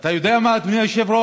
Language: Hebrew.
אתה יודע מה, אדוני היושב-ראש?